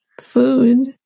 food